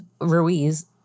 Ruiz